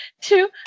two